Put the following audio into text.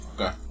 okay